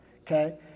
okay